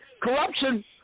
corruption